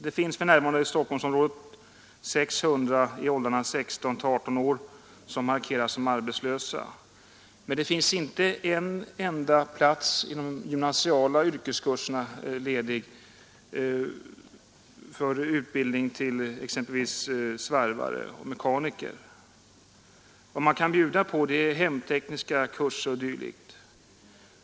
I Stockholmsområdet finns det för närvarande 600 ungdomar i åldrarna 16—18 år som markeras som arbetslösa, men det är inte en enda ledig plats i de gymnasiala yrkeskurserna för utbildning till exempelvis svarvare och mekaniker. Vad man kan bjuda på är hemtekniska kurser e. d.